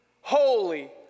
Holy